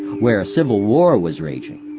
where a civil war was raging,